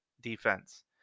defense